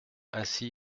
ainsi